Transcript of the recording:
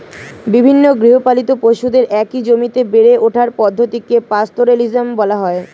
বিভিন্ন গৃহপালিত পশুদের একই জমিতে বেড়ে ওঠার পদ্ধতিকে পাস্তোরেলিজম বলা হয়